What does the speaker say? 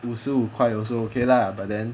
五十五块 also okay lah but then